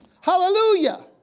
Hallelujah